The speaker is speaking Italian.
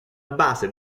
base